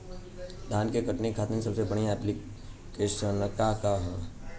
धान के कटनी खातिर सबसे बढ़िया ऐप्लिकेशनका ह?